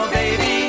baby